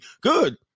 Good